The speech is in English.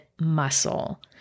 muscle